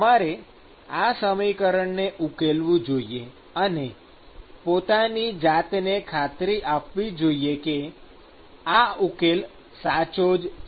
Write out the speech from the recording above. તમારે આ સમીકરણને ઉકેલવું જોઈએ અને પોતાની જાતને ખાતરી આપવી જોઈએ કે આ ઉકેલ સાચો જ છે